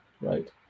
right